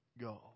go